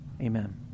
Amen